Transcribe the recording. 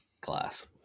Class